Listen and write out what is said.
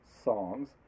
songs